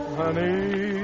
honey